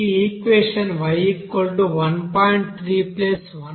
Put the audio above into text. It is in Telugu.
ఈ ఈక్వెషన్ y1